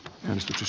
menestys